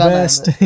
best